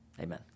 Amen